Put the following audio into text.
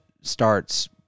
starts